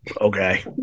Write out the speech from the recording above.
okay